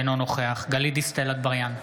אינו נוכח גלית דיסטל אטבריאן,